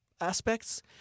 aspects